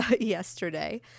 yesterday